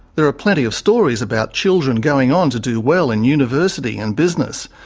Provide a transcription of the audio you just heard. there are plenty of stories about children going on to do well in university and business.